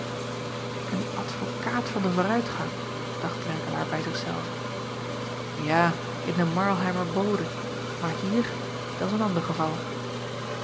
en advokaat van den vooruitgang dacht renkelaer bij zich zelven ja in den arlheimer ode maar hier dat s een ander geval